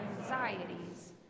anxieties